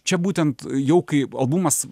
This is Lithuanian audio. čia būtent jau kaip albumas